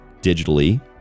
digitally